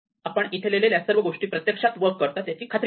आपण येथे लिहिलेल्या सर्व गोष्टी प्रत्यक्षात वर्क करतात याची खात्री करू